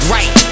Right